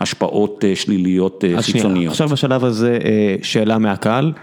‫השפעות שליליות חיצוניות. ‫עכשיו, בשלב הזה, שאלה מהקהל.